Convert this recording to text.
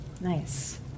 nice